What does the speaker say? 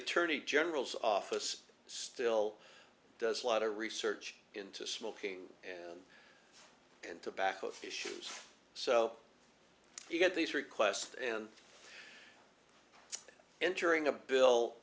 attorney general's office still does a lot of research into smoking and and tobacco issues so you get these requests and entering a bill